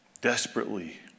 desperately